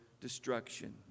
destruction